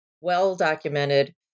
well-documented